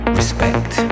respect